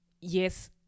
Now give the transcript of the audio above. Yes